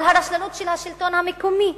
על הרשלנות של השלטון המקומי.